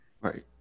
Right